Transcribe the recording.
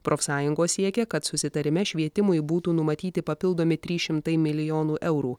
profsąjungos siekia kad susitarime švietimui būtų numatyti papildomi trys šimtai milijonų eurų